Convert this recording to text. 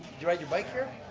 you ride your bike here?